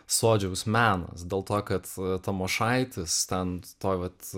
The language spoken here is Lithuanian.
sodžiaus menas dėl to kad tamošaitis ten toj vat